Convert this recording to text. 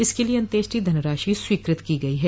इसके लिये अन्त्येष्टि धनराशि स्वीकृत की गई है